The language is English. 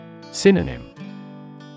Synonym